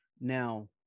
Now